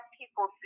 people